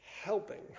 helping